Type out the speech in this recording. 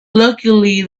luckily